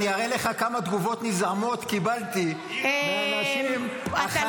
אני אראה לך כמה תגובות נזעמות קיבלתי מאנשים: אחרי